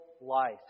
life